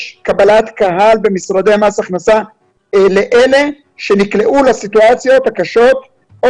קבלת קהל במשרדי מס הכנסה לאלה שנקלעו לסיטואציות הקשות או